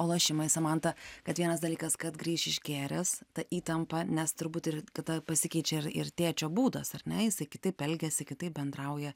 o lošimai samanta kad vienas dalykas kad grįš išgėręs ta įtampa nes turbūt ir tada pasikeičia ir ir tėčio būdas ar ne jisai kitaip elgiasi kitaip bendrauja